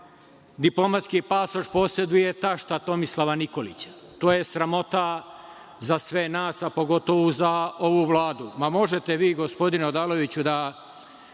diplomatski pasoš poseduje tašta Tomislava Nikolića. To je sramota za sve nas, a pogotovu za ovu Vladu. Možete vi, gospodine Odaloviću, da